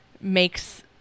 makes